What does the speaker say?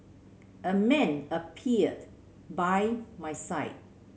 a man appeared by my side